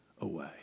away